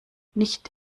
nicht